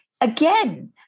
Again